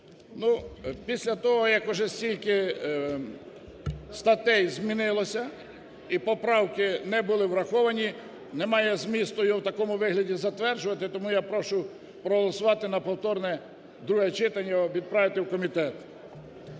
Після того, як уже стільки статей змінилося і поправки не були враховані, немає змісту його у такому вигляді затверджувати. Тому я прошу проголосувати на повторне друге читання його, відправити у комітет.